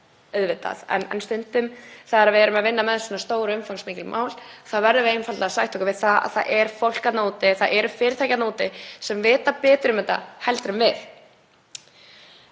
en stundum þegar við erum að vinna með svona stór og umfangsmikil mál verðum við einfaldlega að sætta okkur við það að það er fólk þarna úti, það eru fyrirtæki þarna úti sem vita betur um þetta en við.